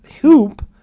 hoop